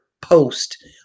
post